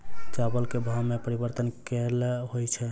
चावल केँ भाव मे परिवर्तन केल होइ छै?